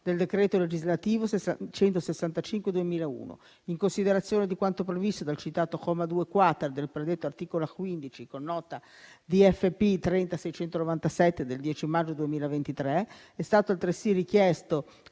del decreto legislativo n. 165 del 2001. In considerazione di quanto previsto dal citato comma 2-*quater* del predetto articolo 15 con nota DFP 30697 del 10 maggio 2023 è stato altresì richiesto